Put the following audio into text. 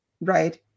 right